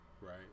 right